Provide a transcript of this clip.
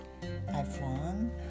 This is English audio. iPhone